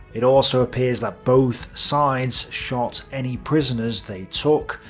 it also appears that both sides shot any prisoners they took,